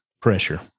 pressure